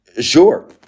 Sure